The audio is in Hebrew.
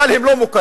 אבל הם לא מוכרים.